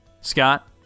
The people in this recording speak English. Scott